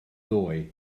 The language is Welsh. ddoe